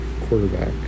quarterback